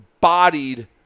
bodied